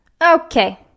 Okay